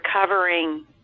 recovering